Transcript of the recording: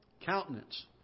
Countenance